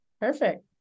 Perfect